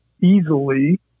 easily